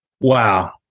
Wow